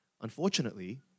Unfortunately